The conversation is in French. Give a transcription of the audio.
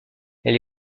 elle